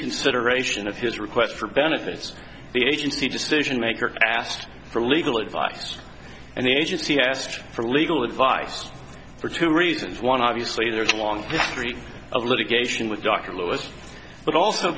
consideration of his request for benefits the agency decision maker asked for legal advice and the agency asked for legal advice for two reasons one obviously there's a long history of litigation with dr lewis but also